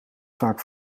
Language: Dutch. vaak